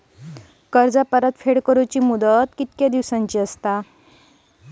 कर्ज परतफेडीची मुदत किती दिवसांची असते?